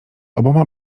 oboma